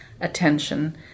attention